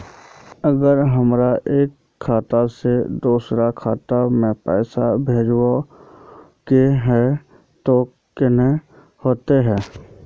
अगर हमरा एक खाता से दोसर खाता में पैसा भेजोहो के है तो केना होते है?